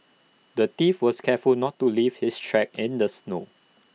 the thief was careful not to leave his tracks in the snow